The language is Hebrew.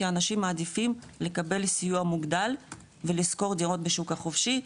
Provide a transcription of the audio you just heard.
כי אנשים מעדיפים לקבל סיוע מוגדל ולשכור דירות בשוק החופשי.